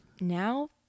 now